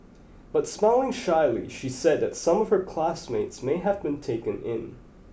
but smiling shyly she said that some of her classmates may have been taken in